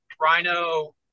Rhino